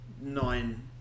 nine